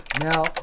Now